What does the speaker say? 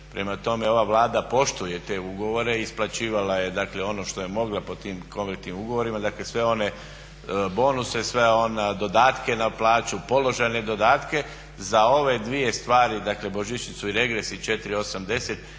Prema tome, ova Vlada poštuje te ugovore, isplaćivala je dakle ono što je mogla po tim kolektivnim ugovorima. Dakle, sve one bonuse, sve one dodatke na plaću, položajne dodatke za ove dvije stvari, dakle božićnicu i regres i 4,